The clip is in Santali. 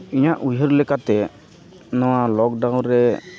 ᱤᱧᱟᱹᱜ ᱩᱭᱦᱟᱹᱨ ᱞᱮᱠᱟᱛᱮ ᱱᱚᱣᱟ ᱞᱚᱠᱰᱟᱣᱩᱱ ᱨᱮ